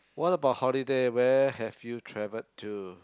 what about holiday where have you travelled to